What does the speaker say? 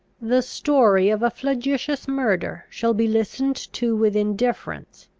the story of a flagitious murder shall be listened to with indifference,